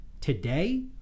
Today